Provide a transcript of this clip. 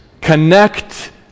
Connect